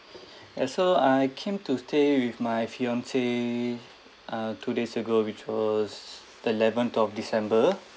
yes so I came to stay with my fiance uh two days ago which was eleventh of december